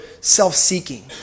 self-seeking